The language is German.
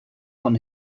von